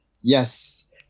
yes